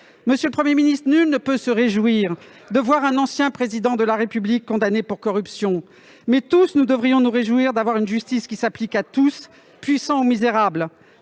Monsieur le Premier ministre, nul ne peut se réjouir de voir un ancien Président de la République condamné pour corruption, mais tous nous devrions nous réjouir d'avoir une justice qui s'applique à tous, puissants ou misérables.